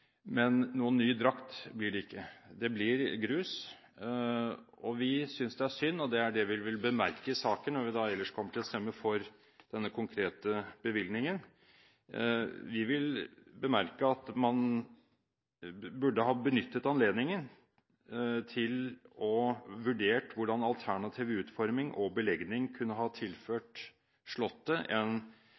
Men noen ny drakt blir det ikke. Det blir grus, og vi synes det er synd, og det er det vi vil bemerke i saken når vi da ellers kommer til å stemme for denne konkrete bevilgningen. Vi vil bemerke at man burde ha benyttet anledningen til å vurdere hvordan alternativ utforming og belegning kunne ha tilført